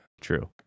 True